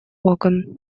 окон